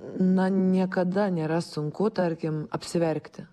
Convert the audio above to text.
na niekada nėra sunku tarkim apsiverkti